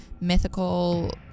mythical